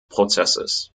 prozesses